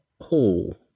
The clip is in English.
Hall